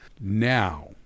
Now